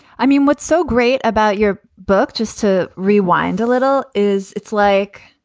i mean, what's so great about your book, just to rewind a little. is it's like,